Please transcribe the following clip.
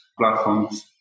platforms